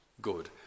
good